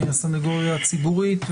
הסנגוריה הציבורית,